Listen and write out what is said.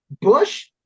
Bush